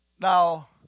Now